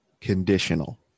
conditional